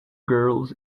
girls